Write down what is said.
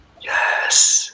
Yes